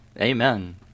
Amen